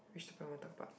which prompt to talk about